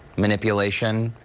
manipulation,